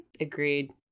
Agreed